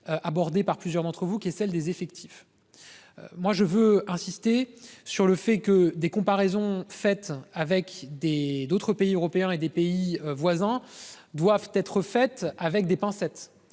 Abordé par plusieurs d'entre vous qui est celle des effectifs. Moi je veux insister sur le fait que des comparaisons faites avec des d'autres pays européens et des pays voisins doivent être faites avec des pincettes,